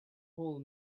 whole